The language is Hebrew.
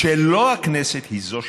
שלא הכנסת היא זו שמצביעה.